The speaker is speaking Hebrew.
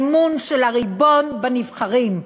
האמון של הריבון בנבחרים.